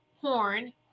Horn